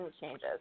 changes